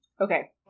Okay